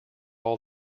all